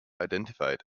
identified